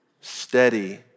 steady